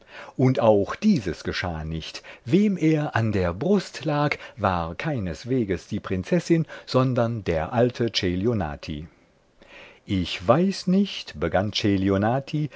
und auch dieses geschah nicht wem er an der brust lag war keinesweges die prinzessin sondern der alte celionati ich weiß nicht begann